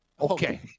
okay